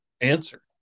answer